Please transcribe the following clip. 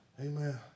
Amen